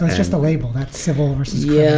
just a label that's civil vs. yeah